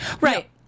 Right